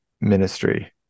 ministry